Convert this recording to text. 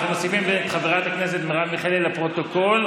אנחנו מוסיפים את חברת הכנסת מרב מיכאלי לפרוטוקול,